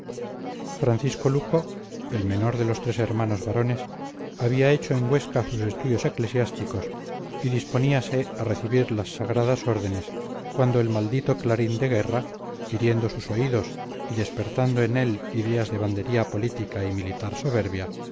francisco luco el menor de los tres hermanos varones había hecho en huesca sus estudios eclesiásticos y disponíase a recibir las sagradas órdenes cuando el maldito clarín de guerra hiriendo sus oídos y despertando en él ideas de bandería política y militar soberbia